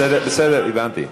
--- בסדר, הבנתי,